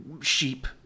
sheep